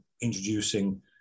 introducing